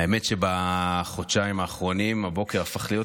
האמת שבחודשיים האחרונים הבוקר הפך להיות